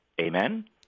Amen